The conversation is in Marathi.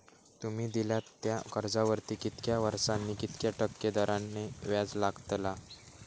तुमि दिल्यात त्या कर्जावरती कितक्या वर्सानी कितक्या टक्के दराने व्याज लागतला?